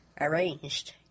arranged